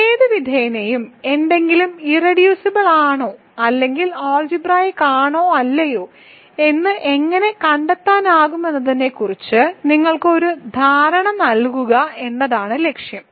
ഏതുവിധേനയും എന്തെങ്കിലും ഇർറെഡ്യൂസിബിൾ ആണോ അല്ലെങ്കിൽ ആൾജിബ്രായിക്ക് ആണോ അല്ലയോ എന്ന് എങ്ങനെ കണ്ടെത്താമെന്നതിനെക്കുറിച്ച് നിങ്ങൾക്ക് ഒരു ധാരണ നൽകുക എന്നതാണ് ലക്ഷ്യം